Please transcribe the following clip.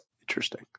Interesting